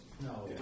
No